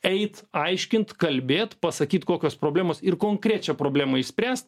eit aiškint kalbėt pasakyt kokios problemos ir konkrečią problemą išspręst